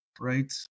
right